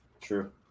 True